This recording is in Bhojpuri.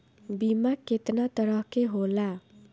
बीमा केतना तरह के होला?